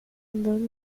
andando